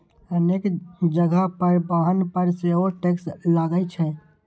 अनेक जगह पर वाहन पर सेहो टैक्स लागै छै